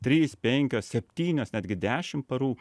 trys penkios septynios netgi dešimt parų